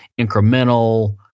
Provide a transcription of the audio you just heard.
incremental